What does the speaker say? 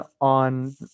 on